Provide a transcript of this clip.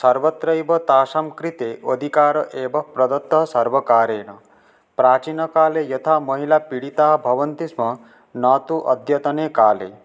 सर्वत्रैव तासां कृते अधिकार एव प्रदत्तः सर्वकारेण प्राचीनकाले यथा महिलाः पीडिताः भवन्ति स्म न तु अद्यतने काले